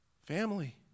Family